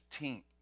15th